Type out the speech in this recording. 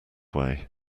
way